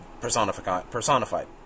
personified